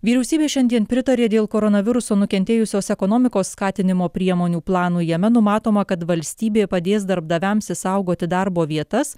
vyriausybė šiandien pritarė dėl koronaviruso nukentėjusios ekonomikos skatinimo priemonių planui jame numatoma kad valstybė padės darbdaviams išsaugoti darbo vietas